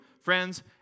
friends